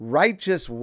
righteous